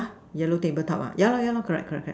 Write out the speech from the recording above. yellow table top ah yeah lah yeah loh correct correct correct